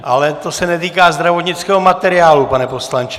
Ale to se netýká zdravotnického materiálu, pane poslanče.